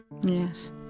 yes